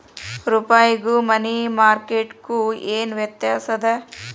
ರೂಪಾಯ್ಗು money market ಗು ಏನ್ ವ್ಯತ್ಯಾಸದ